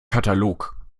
katalog